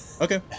Okay